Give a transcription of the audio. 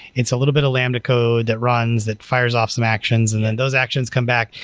it's a little bit of lambda code that runs, that fires off some actions and then those actions come back.